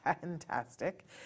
fantastic